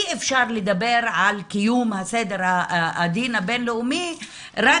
אי אפשר לדבר על קיום הדין הבין-לאומי רק